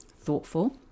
Thoughtful